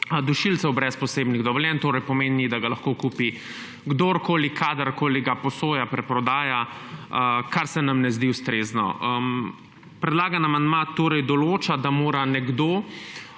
dušilcev brez posebnih dovoljenj, torej pomeni, da ga lahko kupi kdorkoli, kadarkoli, ga posoja, preprodaja, kar se nam ne zdi ustrezno. Predlagan amandma torej določa, da mora nekdo,